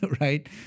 Right